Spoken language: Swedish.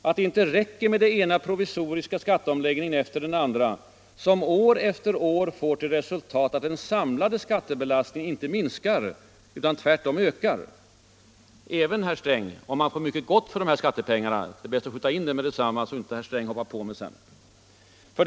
Att det inte räcker med den ena provisoriska skatteomläggningen efter den andra, som år efter år får till resultat att den samlade skattebelastningen inte minskar utan tvärtom ökar, även om man får mycket gott för de här skattepengarna. Det är bäst att jag tillägger det, så inte herr Sträng hoppar på mig sedan. 2.